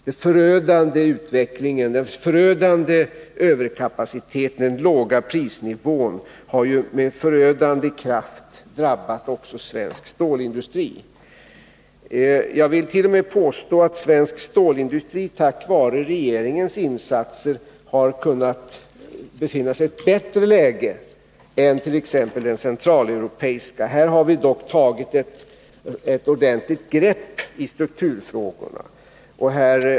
Den stora överkapaciteten och den låga prisnivån har med förödande kraft drabbat också svensk stålindustri. Jag vill påstå att svensk stålindustri tack vare regeringens insatser befinner sig i ett bättre läge än t.ex. den centraleuropeiska. Här har vi dock tagit ett ordentligt grepp om strukturfrågorna.